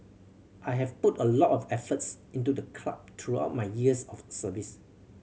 I have put a lot of efforts into the club throughout my years of service